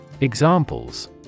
Examples